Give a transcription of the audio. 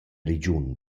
regiun